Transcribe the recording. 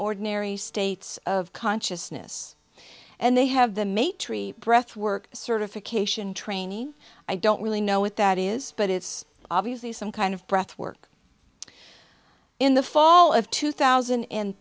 ordinary states of consciousness and they have the may tree breathwork certification training i don't really know what that is but it's obviously some kind of breath work in the fall of two thousand and